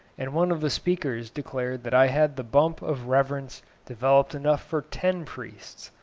and one of the speakers declared that i had the bump of reverence developed enough for ten priests.